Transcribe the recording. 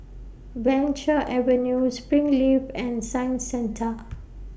Venture Avenue Springleaf and Science Centre